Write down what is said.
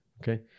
Okay